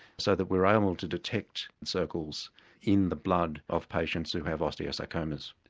so that we were able to detect and circles in the blood of patients who have osteosarcomas.